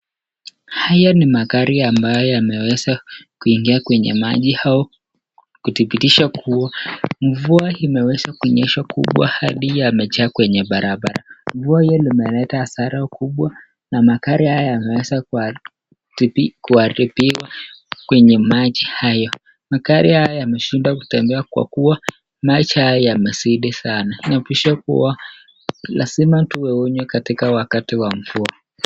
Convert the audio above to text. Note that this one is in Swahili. Haya ni magari ambayo yameweza kuingia kwenye maji au kudhibitisha kuwa mvua imeweza kunyesha kubwa hadi yamejaa kwenye barabara. Mvua hiyo imeleta hasara kubwa na magari haya yameweza kuharibiwa kwenye maji hayo. Magari haya yameshindwa kutembea kwa kuwa maji haya yamezidi sana. Inaonyesha kuwa lazima tuwe onyo katika wakati wa mvua.